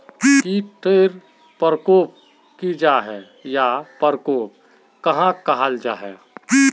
कीट टर परकोप की जाहा या परकोप कहाक कहाल जाहा जाहा?